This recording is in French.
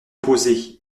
opposé